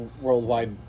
Worldwide